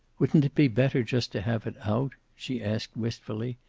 wouldn't it be better just to have it out? she asked, wistfully.